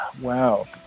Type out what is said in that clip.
Wow